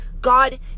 God